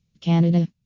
Canada